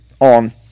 on